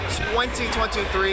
2023